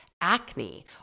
acne